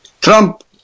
Trump